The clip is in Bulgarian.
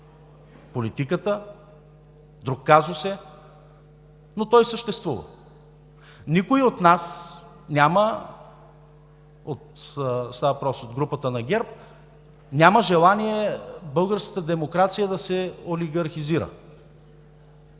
политиката, друг казус е, но той съществува. Никой от нас – става въпрос от групата на ГЕРБ, няма желание българската демокрация да се олигархизира.